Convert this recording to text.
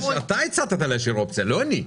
אתה הצעת להשאיר אופציה, לא אני.